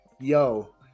Yo